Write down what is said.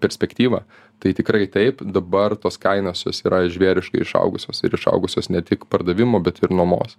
perspektyva tai tikrai taip dabar tos kainos jos yra žvėriškai išaugusios ir išaugusios ne tik pardavimo bet ir nuomos